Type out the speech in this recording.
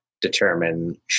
determine